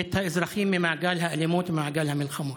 את האזרחים ממעגל האלימות, ממעגל המלחמות.